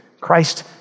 Christ